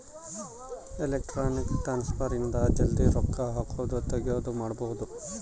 electronic transfer ಇಂದ ಜಲ್ದೀ ರೊಕ್ಕ ಹಾಕೋದು ತೆಗಿಯೋದು ಮಾಡ್ಬೋದು